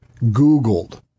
Googled